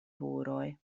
horoj